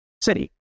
city